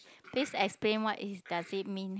please explain what is does it mean